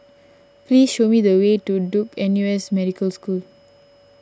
please show me the way to Duke N U S Medical School